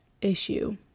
issue